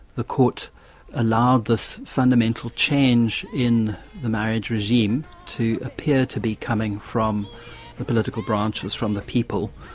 the court allowed this fundamental change in the marriage regime to appear to be coming from the political branches, from the people,